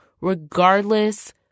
regardless